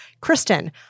Kristen